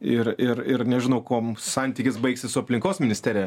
ir ir ir nežinau kuom santykis baigsis su aplinkos ministerija